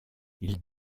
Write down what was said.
ils